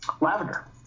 lavender